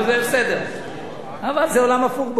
אבל בכל זאת זה עולם הפוך,